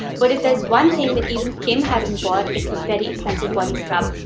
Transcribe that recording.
but if there's one thing that even kim hasn't bought, it's a very expensive body scrub.